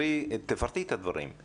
תפרטי את הדברים שלך.